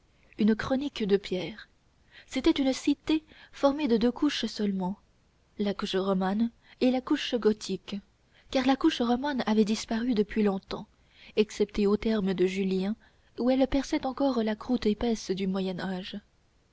une chronique de pierre c'était une cité formée de deux couches seulement la couche romane et la couche gothique car la couche romaine avait disparu depuis longtemps excepté aux thermes de julien où elle perçait encore la croûte épaisse du